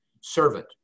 servant